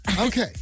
okay